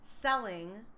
selling